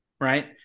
Right